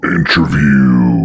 Interview